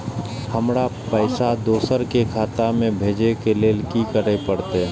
हमरा पैसा दोसर के खाता में भेजे के लेल की करे परते?